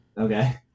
Okay